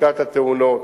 בדיקת התאונות.